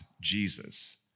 Jesus